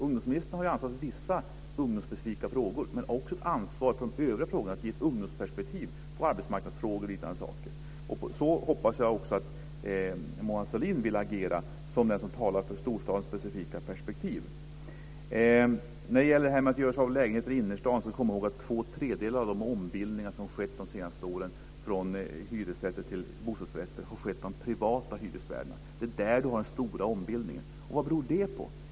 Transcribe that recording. Ungdomsministern har vissa ungdomsspecifika frågor men också ett ansvar för övriga frågor i ett ungdomsperspektiv, vad gäller arbetsmarknadsfrågor o.d. Jag hoppas att Mona Sahlin vill agera som den som talar för storstadens specifika perspektiv. När det gäller att göra sig av med lägenheter i innerstaden ska man komma ihåg att två tredjedelar av de ombildningar som de senaste åren har skett från hyresrätter till bostadsrätter har gjorts hos privata hyresvärdar. Det är där som den stora omläggningen har skett. Vad beror det på?